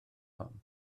hon